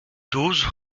douze